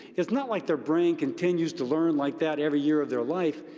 it's not like their brain continues to learn like that every year of their life.